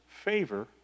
favor